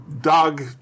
Dog